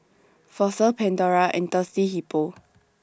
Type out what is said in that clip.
Fossil Pandora and Thirsty Hippo